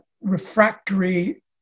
refractory